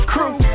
Crew